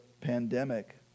pandemic